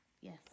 Yes